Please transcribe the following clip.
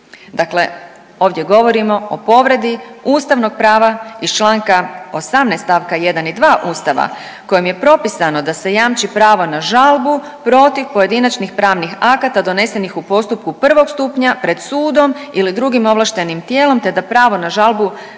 dakle ovdje govorimo o povredi ustavnog prava iz čl. 18. st. 1. i 2. Ustava kojim je propisano da se jamči pravo na žalbu protiv pojedinačnih pravnih akata donesenih u postupku prvog stupnja pred sudom ili drugim ovlaštenim tijelom, te da pravo na žalbu